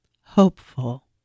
hopeful